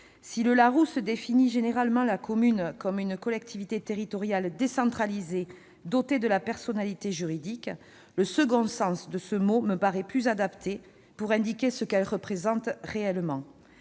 si le Larousse définit généralement la commune comme une collectivité territoriale décentralisée dotée de la personnalité juridique, le second sens de ce mot me paraît plus adapté pour indiquer ce qu'elle représente réellement.